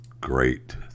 great